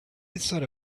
thought